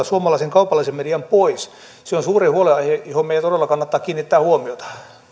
suomalaisen kaupallisen median pois se on suuri huolenaihe johon meidän todella kannattaa kiinnittää huomiota